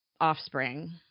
offspring